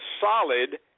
solid